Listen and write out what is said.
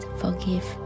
forgive